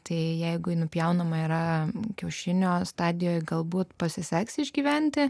tai jeigu nupjaunama yra kiaušinio stadijoje galbūt pasiseks išgyventi